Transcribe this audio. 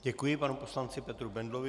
Děkuji panu poslanci Petru Bendlovi.